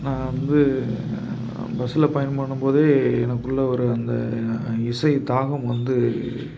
நான் வந்து பஸ்சில் பயணம் பண்ணும் போதே எனக்குள்ளே ஒரு அந்த இசை தாகம் வந்து